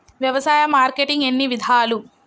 వ్యవసాయ మార్కెటింగ్ ఎన్ని విధాలు?